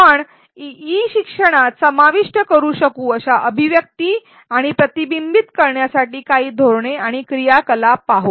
आपण ई शिक्षणात समाविष्ट करू शकू अशा अभिव्यक्ती आणि प्रतिबिंबित करण्यासाठी काही धोरणे आणि क्रियाकलाप पाहू